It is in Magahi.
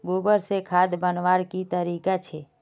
गोबर से खाद बनवार की तरीका छे?